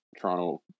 Toronto